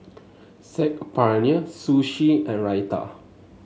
Saag Paneer Sushi and Raita